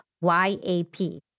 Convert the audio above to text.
Y-A-P